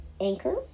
anchor